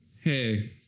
Hey